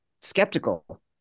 skeptical